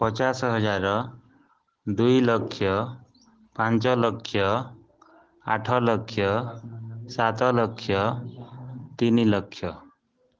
ପଚାଶ ହଜାର ଦୁଇ ଲକ୍ଷ ପାଞ୍ଚ ଲକ୍ଷ ଆଠ ଲକ୍ଷ ସାତ ଲକ୍ଷ ତିନ ଲକ୍ଷ